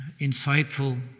insightful